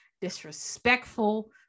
disrespectful